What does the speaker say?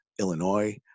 illinois